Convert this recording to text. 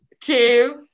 two